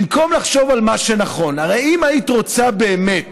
במקום לחשוב על מה שנכון, הרי אם היית רוצה באמת